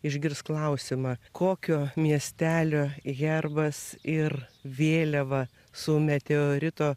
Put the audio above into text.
išgirs klausimą kokio miestelio herbas ir vėliava su meteorito